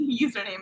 username